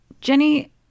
Jenny